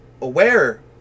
aware